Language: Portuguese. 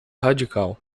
radical